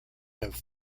have